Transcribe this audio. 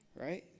Right